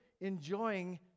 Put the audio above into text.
enjoying